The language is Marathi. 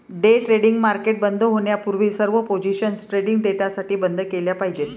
डे ट्रेडिंग मार्केट बंद होण्यापूर्वी सर्व पोझिशन्स ट्रेडिंग डेसाठी बंद केल्या पाहिजेत